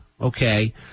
okay